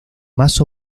más